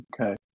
Okay